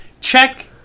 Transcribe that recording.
Check